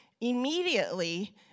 immediately